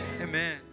amen